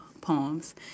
poems